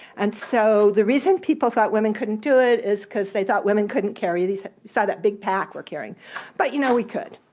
and so the reason people thought women couldn't do it is because they thought women couldn't carry you saw that big pack we're carrying but you know we could,